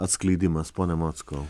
atskleidimas pone mockau